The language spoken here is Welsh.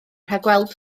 rhagweld